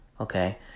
Okay